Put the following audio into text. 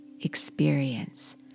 experience